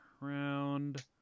round